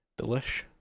delish